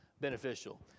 beneficial